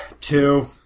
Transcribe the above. Two